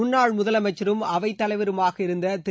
முன்னாள் முதலமைச்சரும் அவைத்தலைவருமாக இருந்த திரு